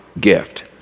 gift